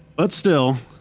but still,